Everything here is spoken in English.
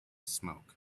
smoke